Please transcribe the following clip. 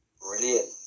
Brilliant